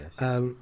yes